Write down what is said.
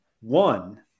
One